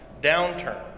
downturn